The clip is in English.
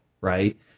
right